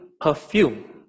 perfume